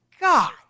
God